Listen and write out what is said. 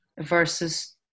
versus